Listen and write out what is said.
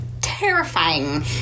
terrifying